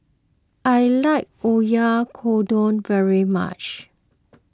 I like Oyakodon very much